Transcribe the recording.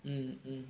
mm mm